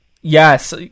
Yes